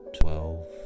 twelve